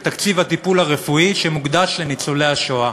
בתקציב הטיפול הרפואי שמוקדש לניצולי השואה.